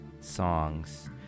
songs